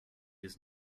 his